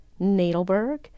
Nadelberg